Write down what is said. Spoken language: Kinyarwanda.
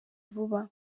vuba